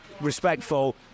respectful